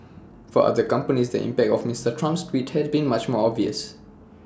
for other companies the impact of Mister Trump's tweets has been much more obvious